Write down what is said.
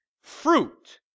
fruit